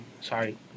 Sorry